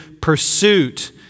pursuit